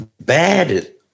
bad